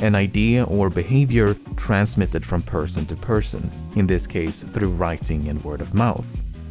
an idea or behavior transmitted from person to person. in this case, through writing and word-of-mouth.